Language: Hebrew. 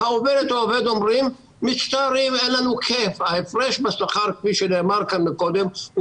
העובדים לא רוצים לחזור כי ההפרש בשכר אינו